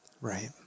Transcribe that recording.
Right